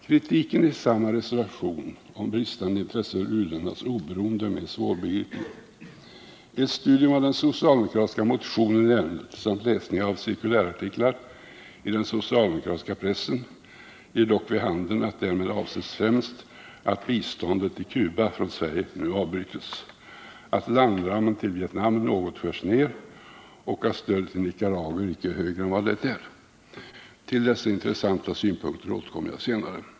Kritiken i samma reservation om bristande intresse för u-ländernas oberoende är mer svårbegriplig. Ett studium av den socialdemokratiska motionen i ärendet samt läsning av cirkulärartiklar i den socialdemokratiska pressen ger dock vid handen att därmed avses främst att biståndet från Sverige till Cuba avbryts, att landramen till Vietnam skärs ned något och att stödet till Nicaragua inte blir högre. Till dessa intressanta synpunkter återkommer jag senare.